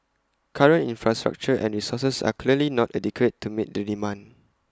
current infrastructure and resources are clearly not adequate to meet the demand